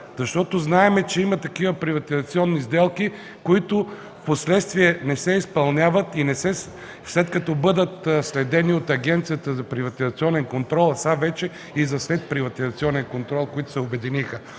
Знаем, че има такива приватизационни сделки, които впоследствие не се изпълняват, след като бъдат следени от Агенцията за приватизационен контрол, а сега вече и за следприватизационен контрол, които се обединиха.